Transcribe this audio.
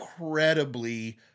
incredibly